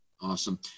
Awesome